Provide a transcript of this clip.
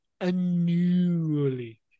Annually